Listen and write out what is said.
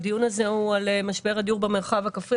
הדיון הזה הוא על משבר הדיור במרחב הכפרי